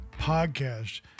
podcast